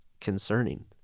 concerning